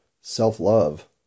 self-love